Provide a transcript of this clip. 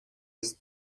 ist